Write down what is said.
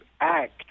act